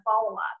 follow-up